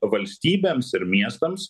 valstybėms ir miestams